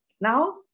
now